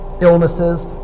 illnesses